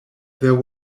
there